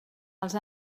els